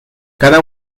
cada